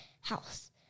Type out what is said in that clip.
house